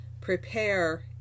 prepare